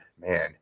man